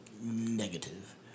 negative